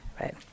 right